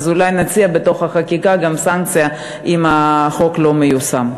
אז אולי נציע בחקיקה גם סנקציה אם החוק לא מיושם.